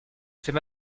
fait